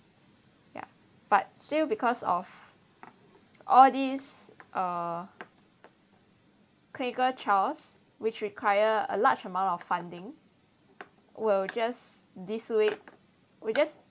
ya but still because of all this uh clinical trials which require a large amount of funding will just this way we just